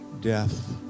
death